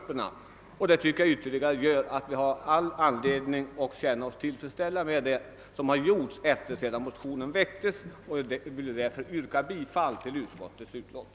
Det tycker jag är ett ytterligare skäl för att vi har all anledning att känna oss tillfredsställda med vad som har gjorts sedan motionen väcktes. Jag yrkar därför bifall till utskottets förslag.